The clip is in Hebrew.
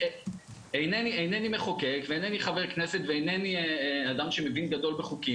אינני מחוקק ואינני חבר כנסת ואינני אדם שמבין גדול בחוקים,